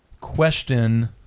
question